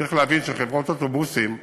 צריך להבין שחברות אוטובוסים מוכנות,